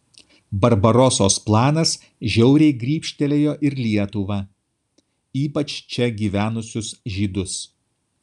barbarosos planas žiauriai grybštelėjo ir lietuvą ypač čia gyvenusius žydus